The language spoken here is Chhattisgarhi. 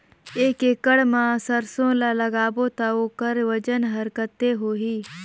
एक एकड़ मा सरसो ला लगाबो ता ओकर वजन हर कते होही?